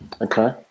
Okay